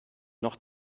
noch